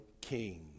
king